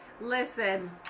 Listen